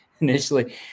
initially